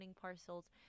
Parcels